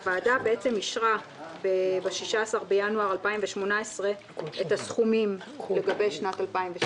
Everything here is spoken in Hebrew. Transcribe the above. הוועדה אישרה ב-16 בינואר את הסכומים לגבי 2016,